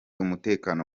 umutekano